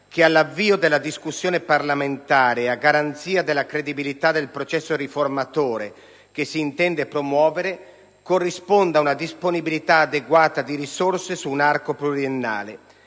che all'avvio della discussione parlamentare, a garanzia della credibilità del processo riformatore che s'intende promuovere, corrisponda una disponibilità adeguata di risorse su un arco pluriennale,